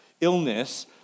illness